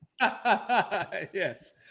Yes